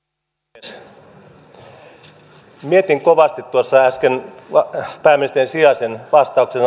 arvoisa puhemies mietin kovasti tuossa äsken pääministerin sijaisen vastauksen